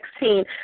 2016